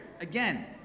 Again